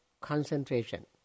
concentration